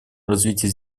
развития